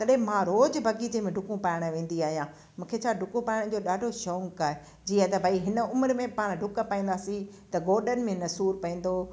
तॾहिं बि मां रोजु बाग़ीचे में डुकूं पाइणु वेंदी आहियां मूंखे छा डुकूं पाइण जो ॾाढो शौक़ु आहे जीअं त भई हिन उमिरि में बि पाण डुकु पाईंदासीं त गोॾनि में न सूर पवंदो